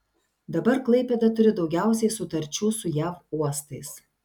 dabar klaipėda turi daugiausiai sutarčių su jav uostais